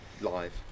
live